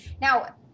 Now